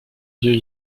lieux